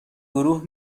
گروه